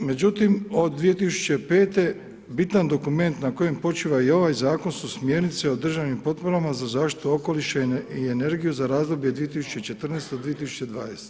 Međutim od 2005. bitan dokument na kojem počiva i ovaj zakon su smjernice o državnim potporama za zaštitu okoliša i energiju za razdoblje 2014.-2020.